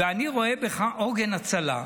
ואני רואה בך עוגן הצלה.